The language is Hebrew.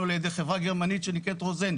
ע"י חברה גרמנית שנקראת רוזן,